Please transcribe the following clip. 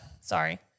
Sorry